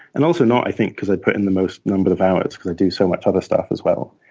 and also not, i think, because i put in the most number of hours, because i do so much other stuff as well.